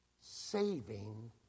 Saving